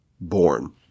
born